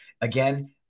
Again